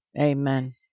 Amen